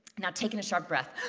now, take in a short breath.